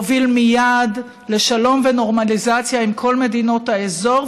יוביל מייד לשלום ולנורמליזציה עם כל מדינות האזור,